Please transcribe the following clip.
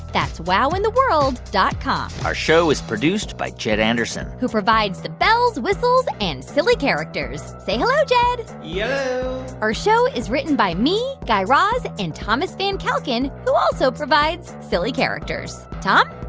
that's wowintheworld dot com our show is produced by jed anderson who provides the bells, whistles and silly characters. say hello, jed yello yeah our show is written by me, guy raz and thomas van kalken, who also provides silly characters. tom?